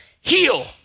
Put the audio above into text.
heal